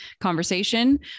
conversation